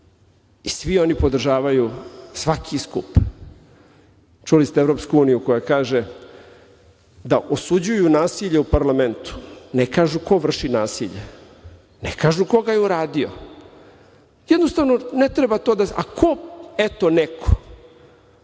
svi oni podržavaju svaki skup. Čuli ste Evropsku uniju koja kaže da osuđuju nasilje u parlamentu. Ne kažu ko vrši nasilje, ne kažu ko ga je uradio. A ko? Eto, neko.